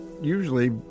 Usually